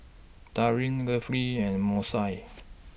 Darin Lovely and Moesha